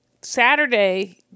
Saturday